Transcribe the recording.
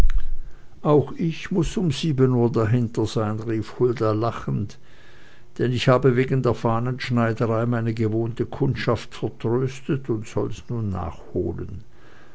auch ich muß um sieben uhr dahinter sein rief hulda lachend denn ich habe wegen der fahnenschneiderei meine gewohnte kundschaft vertröstet und soll's nun nachholen